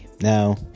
Now